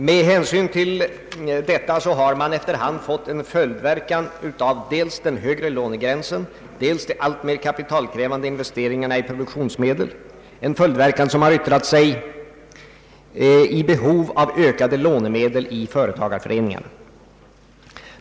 Med hänsyn till detta har vi efter hand fått en följdverkan av dels den högre lånegränsen, dels de alltmer kapitalkrävande investeringarna i produktionsmedel, en följdverkan som har yttrat sig i behov av ökade lånemedel i företagarföreningarna.